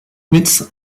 médecin